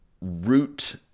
root